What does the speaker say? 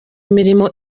imirimo